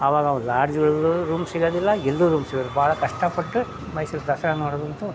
ಅವಾಗ ಅವು ಲಾಡ್ಜ್ಗಳಲ್ಲೂ ರೂಮ್ ಸಿಗೋದಿಲ್ಲ ಎಲ್ಲೂ ರೂಮ್ ಸಿಗೋದು ಭಾಳ ಕಷ್ಟಪಟ್ಟು ಮೈಸೂರು ದಸರಾ ನೋಡೋದಂತು